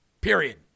Period